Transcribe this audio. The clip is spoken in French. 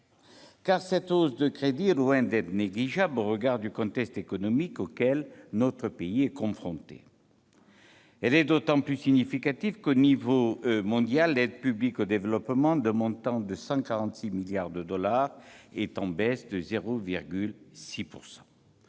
car cette hausse de crédits est loin d'être négligeable au regard du contexte économique auquel notre pays est confronté. Elle est d'autant plus significative qu'au niveau mondial l'aide publique au développement, d'un montant de 146 milliards de dollars, est en baisse de 0,6 %.